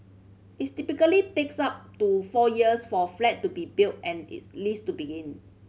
it typically takes up to four years for a flat to be built and its lease to begin